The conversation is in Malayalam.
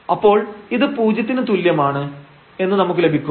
അപ്പോൾ ഇത് പൂജ്യത്തിന് തുല്യമാണ് എന്ന് നമുക്ക് ലഭിക്കും